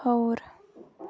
کھووُر